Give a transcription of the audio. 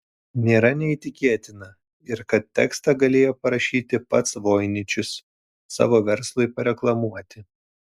nėra neįtikėtina ir kad tekstą galėjo parašyti pats voiničius savo verslui pareklamuoti